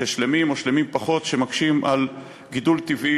שלמים או שלמים פחות, שמקשים על גידול טבעי